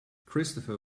christopher